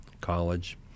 college